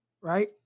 right